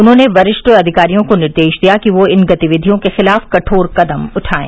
उन्होंने वरिष्ठ अधिकरियों को निर्देश दिया कि वे इन गतिविधियों के खिलाफ कठोर कदम उठाएं